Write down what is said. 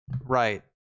Right